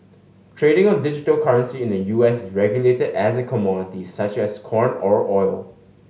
trading of digital currency in the U S is regulated as a commodity such as corn or oil